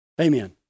Amen